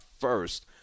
first